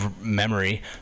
memory